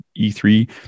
E3